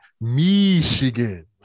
Michigan